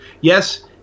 yes